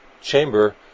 chamber